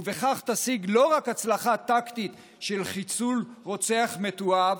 ובכך תשיג לא רק הצלחה טקטית של חיסול רוצח מתועב,